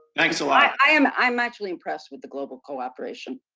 thanks a lot. i'm i'm actually impressed with the global cooperation.